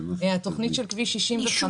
יותר ילדים ערבים נדרסים בנסיעה לאחור.